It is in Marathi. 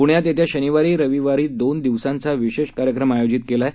पुण्यातयेत्याशनिवारी रविवारीदोनदिवसांचाविशेषकार्यक्रमआयोजितकेलाआहे